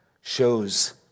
shows